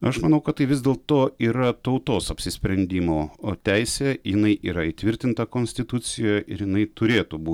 aš manau kad tai vis dėlto yra tautos apsisprendimo teisė jinai yra įtvirtinta konstitucijoje ir jinai turėtųbūt